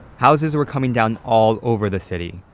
houses were coming down all over the city,